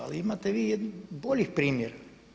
Ali imate vi boljih primjera.